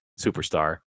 superstar